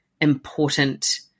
important